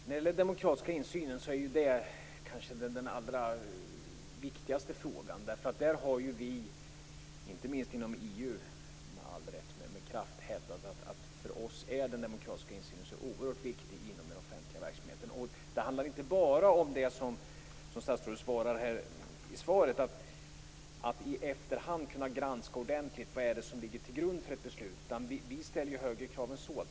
Fru talman! Den demokratiska insynen är kanske den allra viktigaste frågan. Inte minst inom EU har vi med all kraft hävdat att för oss är den demokratiska insynen i den offentliga verksamheten så oerhört viktig. Det handlar inte bara om det som statsrådet säger i svaret, att man i efterhand skall kunna granska ordentligt vad det är som ligger till grund för ett beslut. Vi ställer högre krav än så.